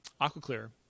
AquaClear